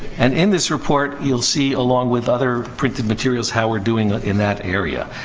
and, in this report, you'll see, along with other printed materials, how we're doing in that area.